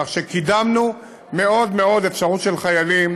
כך שקידמנו מאוד מאוד אפשרות של חיילים